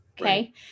Okay